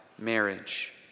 marriage